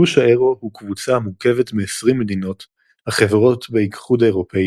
גוש האירו הוא קבוצה המורכבת מ-20 מדינות החברות באיחוד האירופי